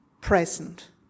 present